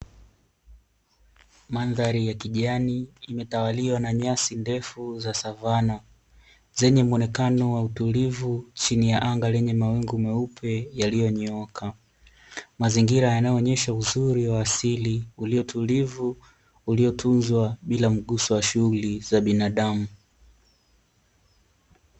Mandhari ya kijani imetawaliwa na nyasi ndefu za Savana. Zenye muonekano wa utulivu chini ya anga lenye mawingu meupe yaliyonyooka. Mazingira yanayoonyesha uzuri wa asili, uliotulivu, uliotunzwa bila mguso wa shughuli za binadamu.